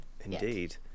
Indeed